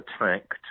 attacked